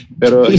pero